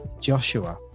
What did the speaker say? Joshua